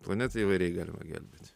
planetą įvairiai galima gelbėti